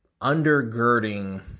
undergirding